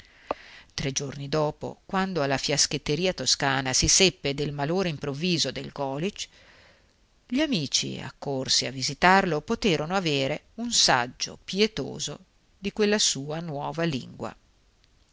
tre giorni dopo quando alla fiaschetteria toscana si seppe del malore improvviso del golisch gli amici accorsi a visitarlo poterono avere un saggio pietoso di quella sua nuova lingua